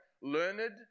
learned